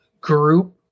group